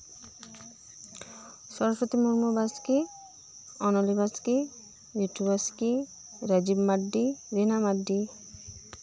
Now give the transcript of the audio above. Saraswati Murmu Baske Onoli Baske Mithu Baske Rajib Mardi Mina Mardi